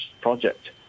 project